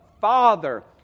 father